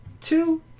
two